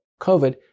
COVID